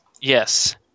yes